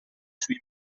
sui